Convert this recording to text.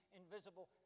invisible